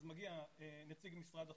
אז מגיע נציג משרד החוץ,